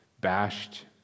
bashed